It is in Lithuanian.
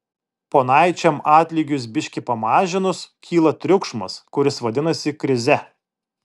ponaičiam atlygius biški pamažinus kyla triukšmas kuris vadinasi krize